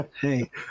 hey